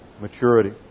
maturity